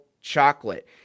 chocolate